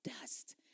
dust